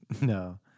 No